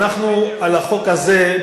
אנחנו על החוק הזה,